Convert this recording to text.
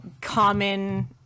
common